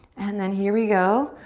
and then here we go,